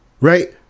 Right